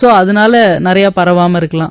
so அதனால நிறைய பரவாம இருக்கலாம்